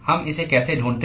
हम इसे कैसे ढूंढते हैं